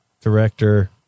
director